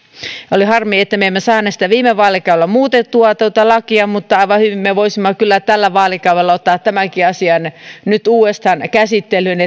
oli harmi että me emme saaneet tuota lakia viime vaalikaudella muutettua mutta aivan hyvin me voisimme kyllä tällä vaalikaudella ottaa tämänkin asian nyt uudestaan käsittelyyn